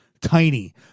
Tiny